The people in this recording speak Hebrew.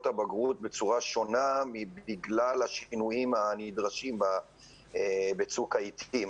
הבגרות בצורה שונה בגלל השינויים הנדרשים בצוק העתים.